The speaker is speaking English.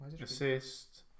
assist